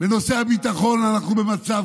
בנושא הביטחון אנחנו במצב